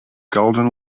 golden